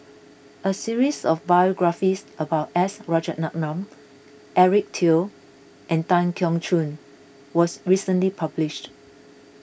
a series of biographies about S Rajaratnam Eric Teo and Tan Keong Choon was recently published